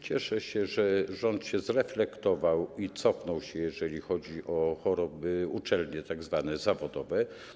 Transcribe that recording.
Cieszę się, że rząd się zreflektował i cofnął się, jeżeli chodzi o uczelnie tzw. zawodowe.